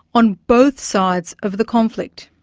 on both sides of the conflict.